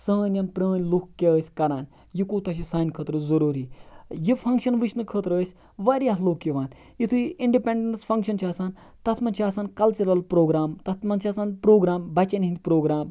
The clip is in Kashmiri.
سٲنۍ یِم پرٲنۍ لُکھ کیٛاہ ٲسۍ کَران یہِ کوٗتاہ چھُ سانہِ خٲطرٕ ضروٗری یہِ فَنٛکشَن وٕچھنہٕ خٲطرٕ ٲسۍ واریاہ لُکھ یِوان یُتھے اِنڈِپنڈنٕس فَنٛکشَن چھُ آسان تَتھ مَنٛز چھِ آسان کَلچرَل پروگرام تَتھ مَنٛز چھِ آسان پروگرام بَچَن ہِنٛدۍ پروگرام